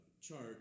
chart